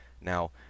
Now